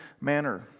manner